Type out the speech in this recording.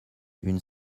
une